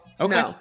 Okay